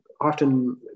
often